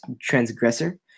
transgressor